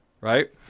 right